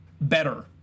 better